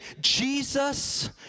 Jesus